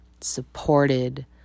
supported